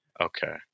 Okay